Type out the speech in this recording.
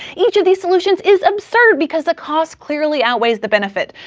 each of these solutions is absurd because the cost clearly outweighs the benefit.